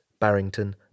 Barrington